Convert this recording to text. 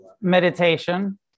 meditation